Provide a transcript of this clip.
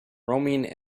roaming